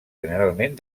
generalment